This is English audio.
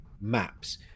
maps